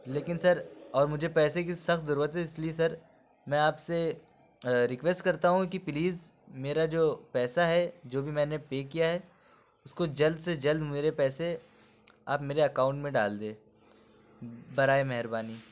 لیکن سر اور مجھے پیسے کی سخت ضرورت ہے اِس لیے سر میں آپ سے ریکویسٹ کرتا ہوں کہ پلیز میرا جو پیسہ ہے جو بھی میں نے پے کیا ہے اُس کو جلد سے جلد میرے پیسے آپ میرے اکاؤنٹ میں ڈال دیں برائے مہربانی